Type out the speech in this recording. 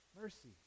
mercy